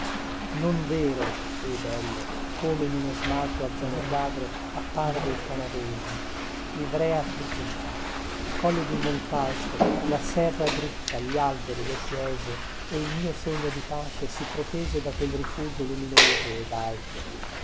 non vero e bello come in uno smalto a zone quadre apparve il canavese ivrea turrita i colli di montalto la serra dritta gli alberi le chiese e il mio sogno di pace si protese da quel rifugio luminoso ed alto